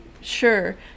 sure